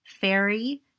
fairy